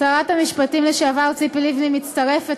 שרת המשפטים לשעבר ציפי לבני מצטרפת